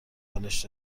بالشت